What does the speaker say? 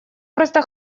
просто